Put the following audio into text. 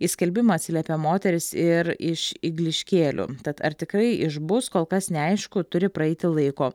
į skelbimą atsiliepė moteris ir iš igliškėlių tad ar tikrai išbus kol kas neaišku turi praeiti laiko